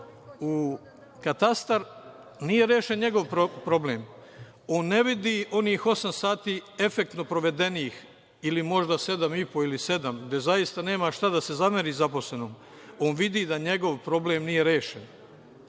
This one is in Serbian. u katastar, nije rešen njegov problem. On ne vidi onih osam sati efektno provedenih ili možda sedam i po ili sedam, gde zaista nema šta da se zameri zaposlenom, on vidi da njegov problem nije rešen.